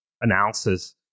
analysis